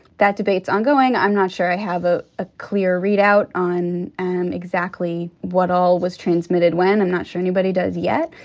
that debate's ongoing. i'm not sure i have a ah clear readout on exactly what all was transmitted when i'm not sure anybody does yet.